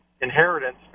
inheritance